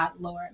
lord